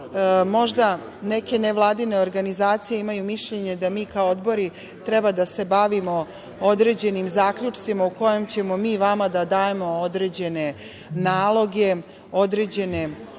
možda neke nevladine organizacije imaju mišljenje da mi kao odbori treba da se bavimo određenim zaključcima u kojima ćemo mi vama da dajemo određene naloge, određena